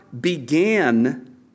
began